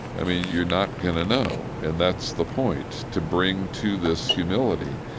i mean, you're not going to know, and that's the point, to bring to this humility,